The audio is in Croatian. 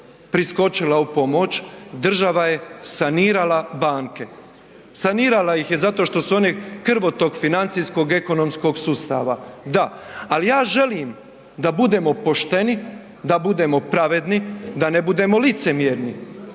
priskočila u pomoć, država je sanirala banke. Sanirala ih je zato što su oni krvotok financijskog ekonomskog sustava, da. Ali ja želim da budemo pošteni, da budemo pravedni, da ne budemo licemjerni,